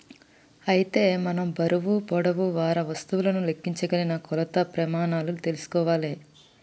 అయితే మనం బరువు పొడవు వారా వస్తువులను లెక్కించగలిగిన కొలత ప్రెమానాలు తెల్సుకోవాలే